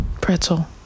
Pretzel